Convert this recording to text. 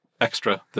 extra